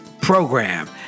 program